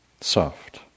soft